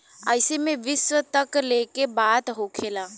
एईमे विश्व तक लेके बात होखेला